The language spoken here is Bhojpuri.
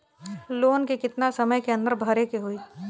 लोन के कितना समय के अंदर भरे के होई?